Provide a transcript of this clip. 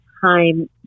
time